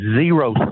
zero